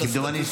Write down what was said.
כמדומני,